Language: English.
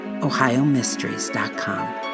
OhioMysteries.com